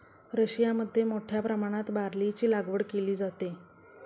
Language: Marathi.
रशियामध्ये मोठ्या प्रमाणात बार्लीची लागवड केली जाते